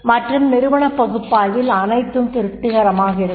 மற்றும் நிறுவனப் பகுப்பாய்வில் அனைத்தும் திருப்திகரமாக இருக்கலாம்